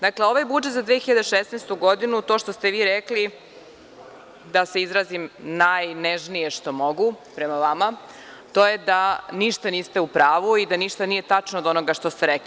Dakle, ovaj budžet za 2016. godinu i to što ste vi rekli, da se izrazim najnežnije što mogu prema vama, to je da ništa niste u pravu i da ništa nije tačno od onoga što ste rekli.